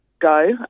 go